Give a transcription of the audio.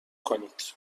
کنید